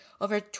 over